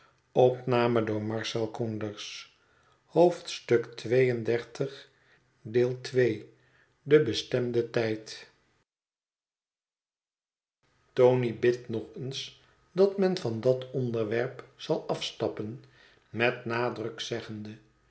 reden te kwetsen tony bidt nog eens dat men van dat onderwerp zal afstappen met nadruk zeggende